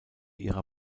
ihrer